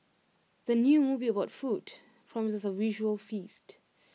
the new movie about food promises A visual feast